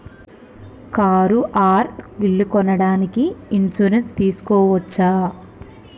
Car or ఇల్లు కొనడానికి insurance తీస్కోవచ్చా?